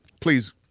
Please